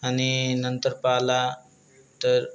आणि नंतर पाहिला तर